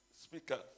speaker